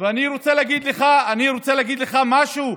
ואני רוצה להגיד לך, אני רוצה להגיד לך משהו,